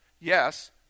Yes